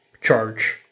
charge